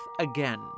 again